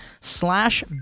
slash